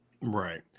Right